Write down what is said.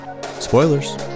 Spoilers